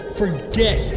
forget